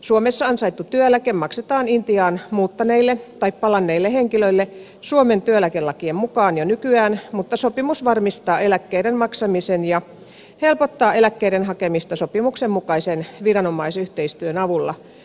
suomessa ansaittu työeläke maksetaan intiaan muuttaneille tai palanneille henkilöille suomen työeläkelakien mukaan jo nykyään mutta sopimus varmistaa eläkkeiden maksamisen ja helpottaa eläkkeiden hakemista sopimuksen mukaisen viranomaisyhteistyön avulla